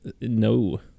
no